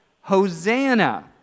Hosanna